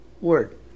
word